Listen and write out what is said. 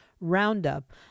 Roundup